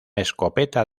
escopeta